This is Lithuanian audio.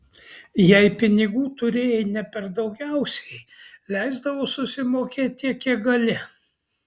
jei pinigų turėjai ne per daugiausiai leisdavo susimokėt tiek kiek gali